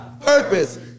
purpose